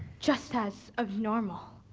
just as abnormal.